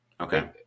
Okay